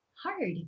hard